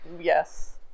Yes